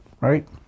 right